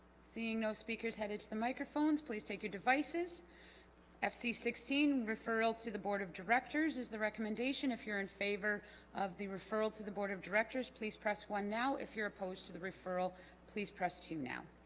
seeing those speakers headed to the microphones please take your devices fc sixteen referral to the board of directors is the recommendation if you're in favor of the referral to the board of directors please press one now if you're opposed to the referral please press two now